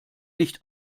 nicht